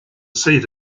seat